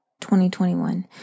2021